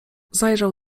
zajrzał